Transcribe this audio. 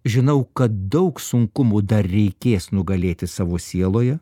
žinau kad daug sunkumų dar reikės nugalėti savo sieloje